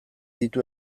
ditu